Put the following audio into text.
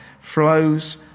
Flows